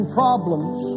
problems